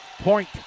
point